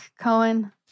Cohen